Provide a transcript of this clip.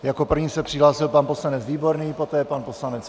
Jako první se přihlásil pan poslanec Výborný, poté pan poslanec Farský.